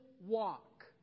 walk